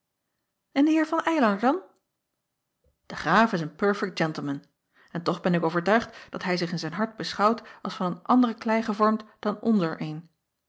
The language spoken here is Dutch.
n de eer van ylar dan e raaf is een perfect gentleman en toch ben ik overtuigd dat hij zich in zijn hart beschouwt als van een andere klei gevormd dan onzer een